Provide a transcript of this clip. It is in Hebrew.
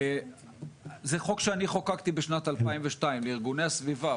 זה חוק שאני חוקקתי בשנת 2002 לארגוני הסביבה,